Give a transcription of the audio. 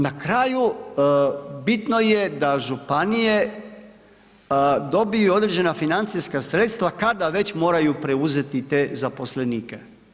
Na kraju, bitno je da županije dobiju određena financijska sredstva kada već moraju preuzeti te zaposlenike.